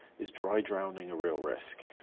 is dry drowning a real risk?